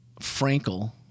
Frankel